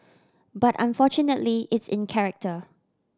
but unfortunately it's in character